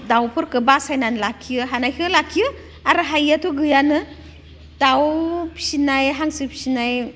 दाउफोरखौ बासायनानै लाखियो हानायखौ लाखियो आरो हायैयाथ' गैयानो दाउ फिसिनाय हांसो फिसिनाय